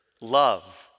love